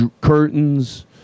curtains